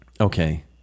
Okay